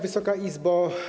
Wysoka Izbo!